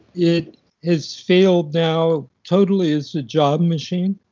it has failed now totally as a job machine.